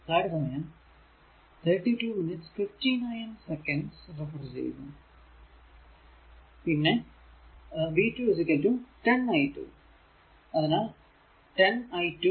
പിന്നെ v 2 10 i2 അതിനാൽ 10 i2